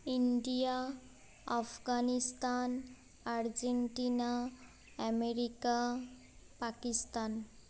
India Afghanistan Argentina America Pakistan